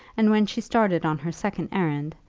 and when she started on her second errand,